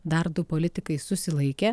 dar du politikai susilaikė